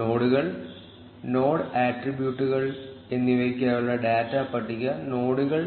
നോഡുകൾ നോഡ് ആട്രിബ്യൂട്ടുകൾ എന്നിവയ്ക്കായുള്ള ഡാറ്റ പട്ടിക നോഡുകൾ